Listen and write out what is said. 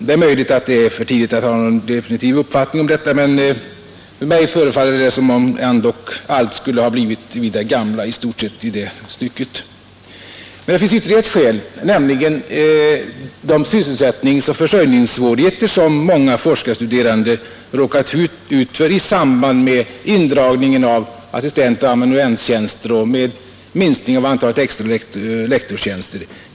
Det är möjligt att det är för tidigt att ha någon definitiv uppfattning om detta, men mig förefaller det ändock som om allt i stort sett skulle ha blivit vid det gamla i det stycket. Men det finns också ett annat motiv, nämligen de sysselsättningsoch försörjningssvårigheter som många forskarstuderande råkat ut för i samband med indragningen av assistentoch amanuenstjänster och minskningen av antalet extra lektorstjänster.